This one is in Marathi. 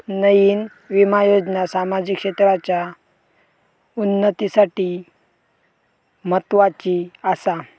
नयीन विमा योजना सामाजिक क्षेत्राच्या उन्नतीसाठी म्हत्वाची आसा